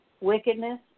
Wickedness